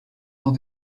dans